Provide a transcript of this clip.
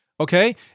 Okay